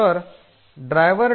तर ड्रायव्हर